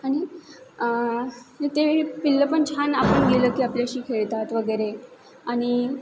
आणि ते पिल्लं पण छान आपण गेलं की आपल्याशी खेळतात वगैरे आणि